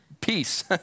Peace